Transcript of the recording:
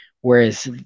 Whereas